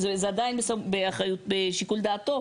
זה עדיין בשיקול דעתו,